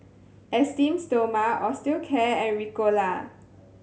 Esteem Stoma Osteocare and Ricola